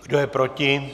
Kdo je proti?